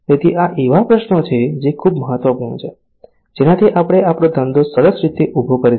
તેથી આ એવા પ્રશ્નો છે જે ખુબ મહત્વપૂર્ણ છે જેનાથી આપડે આપડો ધંધો સરસ રીતે ઉભો કરી શકે